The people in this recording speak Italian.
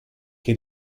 che